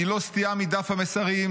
היא לא סטייה מדף המסרים,